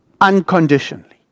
Unconditionally